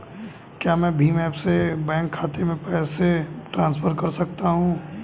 क्या मैं भीम ऐप से बैंक खाते में पैसे ट्रांसफर कर सकता हूँ?